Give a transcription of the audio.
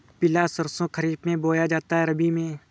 पिला सरसो खरीफ में बोया जाता है या रबी में?